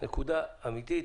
נקודה אמיתית.